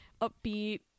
upbeat